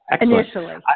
initially